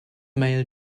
male